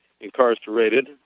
incarcerated